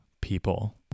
people